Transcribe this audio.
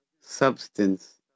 substance